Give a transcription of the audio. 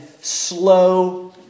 slow